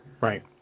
Right